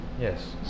Yes